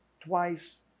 twice